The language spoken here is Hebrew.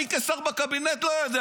אני כשר בקבינט לא יודע.